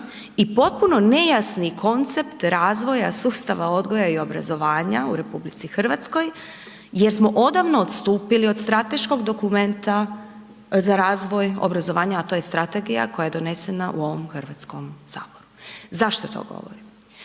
i potpuno nejasni koncept razvija sustava odgoja i obrazovanja u RH jer smo odavno odstupili od strateškog dokumenta za razvoj obrazovanja a to je strategija koja je donesena u ovom Hrvatskom saboru. Zašto to govorim?